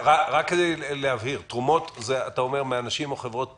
רק כדי להבהיר: תרומות זה מאנשים ומחברות פרטיות.